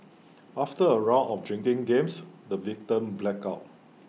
after A round of drinking games the victim blacked out